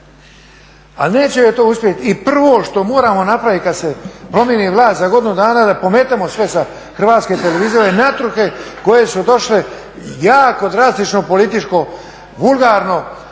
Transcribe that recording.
neće joj to uspjeti i prvo što moramo napraviti kada se promijeni vlast za godinu dana da pometemo sve sa HT-om … koje su došle jako drastično političko vulgarno